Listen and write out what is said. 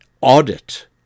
audit